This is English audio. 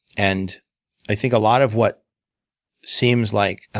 and i think a lot of what seems like,